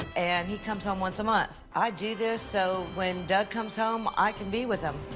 and he comes home once a month. i do this so when doug comes home i can be with him.